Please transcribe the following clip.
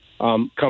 come